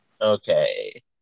Okay